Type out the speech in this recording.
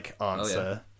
answer